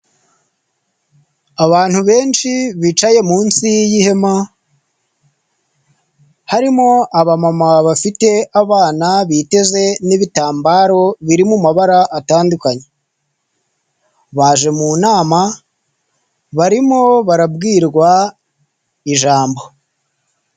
Abantu benshi bicaye munsi y'ihema harimo abamama bafite abana biteze n'ibitambaro biri mumamabara atandukanye baje mu nama barimo barabwirwa ijambo.